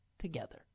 together